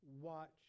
Watch